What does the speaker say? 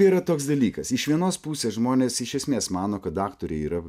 yra toks dalykas iš vienos pusės žmonės iš esmės mano kad aktoriai yra